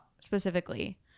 specifically